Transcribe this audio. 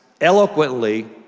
eloquently